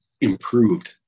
improved